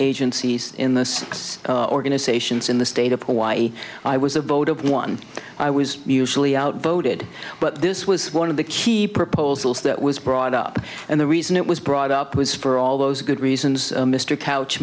agencies in the six organizations in the state of hawaii i was a vote of one i was usually out voted but this was one of the key proposals that was brought up and the reason it was brought up was for all those good reasons mr couch